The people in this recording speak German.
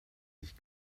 sich